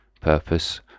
Purpose